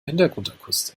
hintergrundakustik